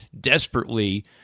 desperately